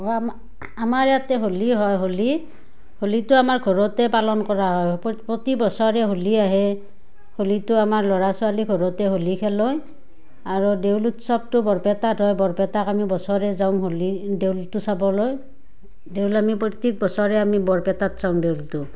আ আমাৰ ইয়াতে হোলী হয় হোলী হোলীটো আমাৰ ঘৰতে পালন কৰা হয় প্ৰতি বছৰে হোলী আহে হোলীটো আমাৰ ল'ৰা ছোৱালী ঘৰতে হোলী খেলে আৰু দেউল উৎসৱটো বৰপেটাত হয় বৰপেটাত আমি বছৰে যাওঁ হোলী দেউলটো চাবলৈ দেউল আমি প্ৰত্যেক বছৰে আমি বৰপেটাত চাওঁ দেউলটো